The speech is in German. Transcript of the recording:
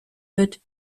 wird